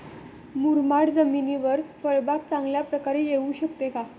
मुरमाड जमिनीवर फळबाग चांगल्या प्रकारे येऊ शकते का?